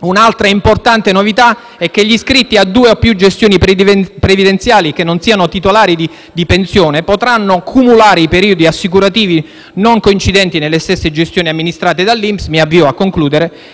Un'altra importante novità è che gli iscritti a due o più gestioni previdenziali che non siano titolari di pensione potranno cumulare i periodi assicurativi non coincidenti nelle stessi gestioni amministrate dall'INPS